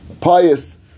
pious